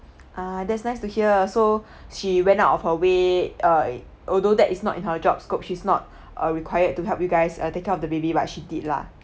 ah that's nice to hear so she went out of her way err although that is not in her job scope she's not err required to help you guys uh take care of the baby but she did lah